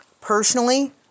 Personally